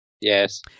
Yes